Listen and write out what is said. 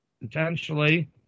potentially